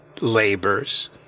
labors